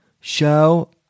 show